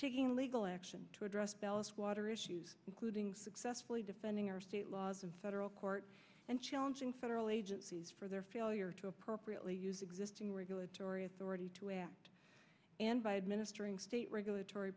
taking legal action to address water issues including successfully defending our state laws in federal court and challenging federal agencies for their failure to appropriately use existing regulatory authority to act and by administering state regulatory